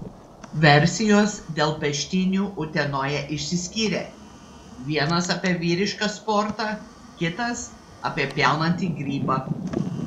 versijos dėl peštynių utenoje išsiskyrė vienas apie vyrišką sportą kitas apie pjaunantį grybą